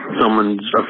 someone's